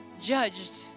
judged